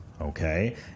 okay